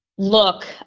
look